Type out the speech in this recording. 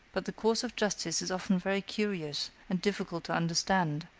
but the course of justice is often very curious and difficult to understand,